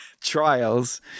trials